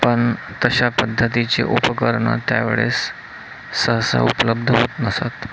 पण तशा पद्धतीची उपकरणं त्यावेळेस सहसा उपलब्ध होत नसत